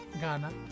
Ghana